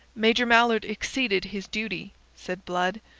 major mallard exceeded his duty, said blood,